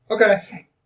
Okay